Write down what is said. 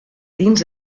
dins